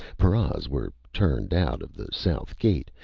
paras were turned out of the south gate.